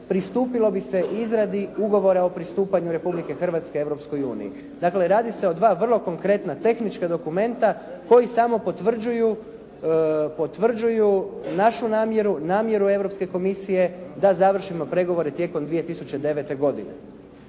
pristupilo bi se izradi ugovora o pristupanju Republike Hrvatske Europskoj uniji. Dakle, radi se o dva vrlo konkretna tehnička dokumenta koji samo potvrđuju našu namjeru, namjeru Europske komisije da završimo pregovore tijekom 2009. godine.